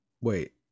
Wait